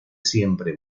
siempre